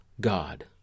God